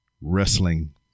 Wrestling